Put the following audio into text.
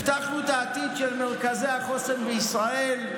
הבטחנו את העתיד של מרכזי החוסן בישראל,